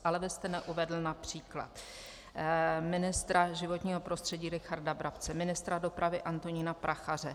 Ale vy jste neuvedl například ministra životního prostředí Richarda Brabce, ministra dopravy Antonína Prachaře.